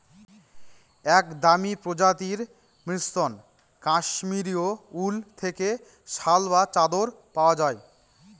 এক দামি প্রজাতির মসৃন কাশ্মীরি উল থেকে শাল বা চাদর পাওয়া যায়